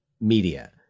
media